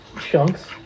chunks